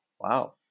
Wow